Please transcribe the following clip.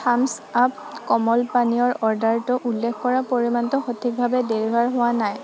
Thums Up কোমল পানীয়ৰ অৰ্ডাৰটোত উল্লেখ কৰা পৰিমাণটো সঠিকভাৱে ডেলিভাৰ হোৱা নাই